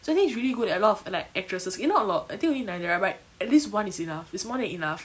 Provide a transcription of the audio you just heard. so I think it's really good that a lot of like actresses K not a lot I think only nayanthara but at least one is enough is more than enough